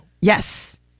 Yes